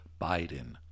Biden